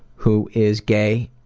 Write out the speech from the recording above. who is gay,